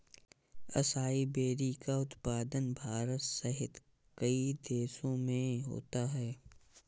acai berry का उत्पादन भारत सहित कई देशों में होता है